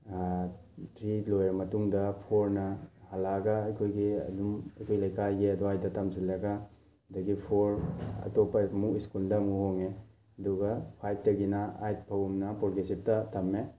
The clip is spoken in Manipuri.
ꯊ꯭ꯔꯤ ꯂꯣꯏꯔ ꯃꯇꯨꯡꯗ ꯐꯣꯔꯅ ꯍꯜꯂꯛꯑꯒ ꯑꯩꯈꯣꯏꯒꯤ ꯑꯗꯨꯝ ꯑꯩꯈꯣꯏ ꯂꯩꯀꯥꯏꯒꯤ ꯑꯗ꯭ꯋꯥꯏꯗ ꯇꯝꯁꯤꯜꯂꯒ ꯑꯗꯒꯤ ꯐꯣꯔ ꯑꯇꯣꯞꯄ ꯑꯃꯨꯛ ꯁ꯭ꯀꯨꯜꯗ ꯑꯃꯨꯛ ꯍꯣꯡꯉꯦ ꯑꯗꯨꯒ ꯐꯥꯏꯞꯇꯒꯤꯅ ꯑꯥꯏꯠ ꯐꯥꯎ ꯑꯃꯅ ꯄ꯭ꯔꯣꯒ꯭ꯔꯦꯁꯤꯞꯇ ꯇꯝꯃꯦ